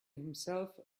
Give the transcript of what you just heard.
himself